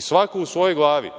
Svako u svojoj glavi,